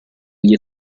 gli